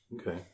Okay